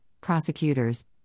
prosecutors